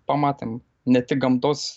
pamatėm ne tik gamtos